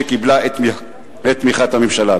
שקיבלה את תמיכת הממשלה.